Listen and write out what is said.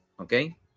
okay